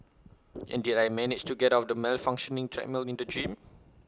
and did I manage to get off the malfunctioning treadmill in the gym